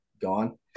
gone